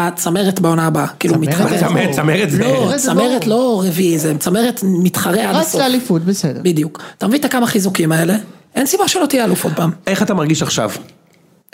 הצמרת בעונה הבאה, כאילו מתחררת. צמרת... לא רביעי, זה מצמרת, מתחרה עד הסוף. רק לאליפות, בסדר. בדיוק. תביא את הכמה חיזוקים האלה, אין סיבה שלא תהיה אלוף עוד פעם. איך אתה מרגיש עכשיו?